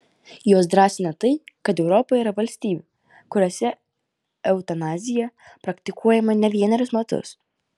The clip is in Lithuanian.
juos drąsina tai kad europoje yra valstybių kuriose eutanazija praktikuojama ne vienerius metus